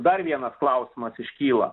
dar vienas klausimas iškyla